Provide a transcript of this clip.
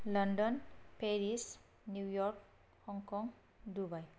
London Paris New York Hong Kong Dubai